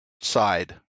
side